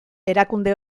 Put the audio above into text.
erakunde